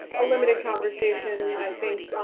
a limited conversation, i think,